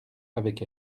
avec